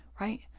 right